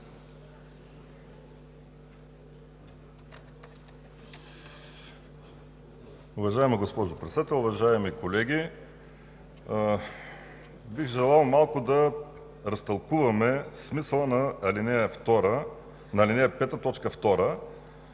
Уважаема госпожо Председател, уважаеми колеги! Бих желал малко да разтълкуваме смисъла на ал. 5,